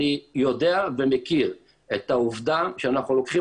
אני יודע ומכיר את העובדה שאנחנו לוקחים